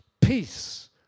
Peace